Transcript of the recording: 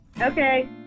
Okay